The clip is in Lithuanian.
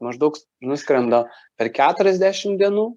maždaug nuskrenda per keturiasdešim dienų